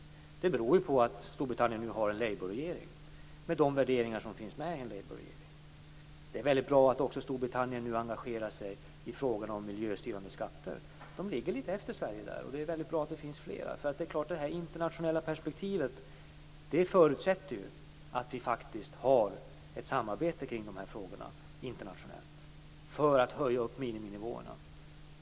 Det beror ju på att Storbritannien nu har en labourregering med de värderingar som finns i en labourregering. Det är också väldigt bra att Storbritannien nu engagerar sig i frågorna om miljöstyrande skatter. Man ligger litet efter Sverige där, och det är väldigt bra att det finns fler. Det internationella perspektivet förutsätter ju faktiskt att vi har ett internationellt samarbete kring de här frågorna för att höja miniminivåerna.